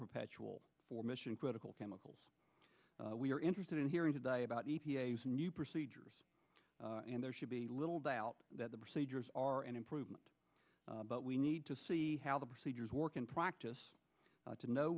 perpetual for mission critical chemicals we are interested in hearing today about the new procedures and there should be little doubt that the procedures are an improvement but we need to see how the procedures work in practice to know